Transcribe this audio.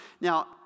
Now